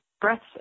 breaths